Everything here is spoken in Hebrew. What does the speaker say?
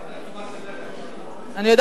אני מפנה את תשומת לבך, היושבת-ראש.